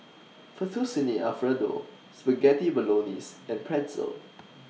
Fettuccine Alfredo Spaghetti Bolognese and Pretzel